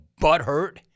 butthurt